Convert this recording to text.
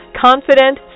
Confident